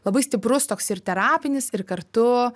labai stiprus toks ir terapinis ir kartu